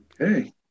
Okay